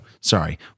sorry